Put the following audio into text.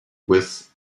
with